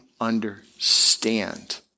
understand